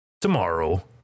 tomorrow